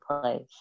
place